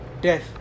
death